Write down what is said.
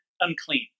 unclean